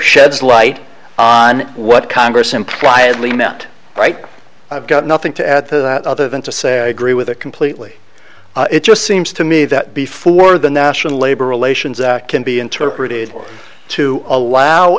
sheds light on what congress implied lee meant right i've got nothing to add to that other than to say i agree with it completely it just seems to me that before the national labor relations act can be interpreted to allow